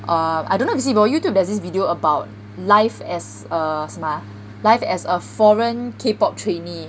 um I don't know is it ev~ youtube there's this video about life as uh 什么 ah life as a foreign K pop trainee